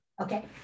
Okay